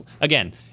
Again